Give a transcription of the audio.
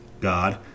God